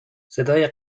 صدای